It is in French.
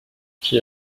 qui